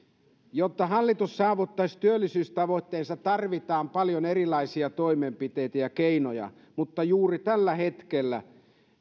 jotta hallitus saavuttaisi työllisyystavoitteensa tarvitaan paljon erilaisia toimenpiteitä ja keinoja mutta juuri tällä hetkellä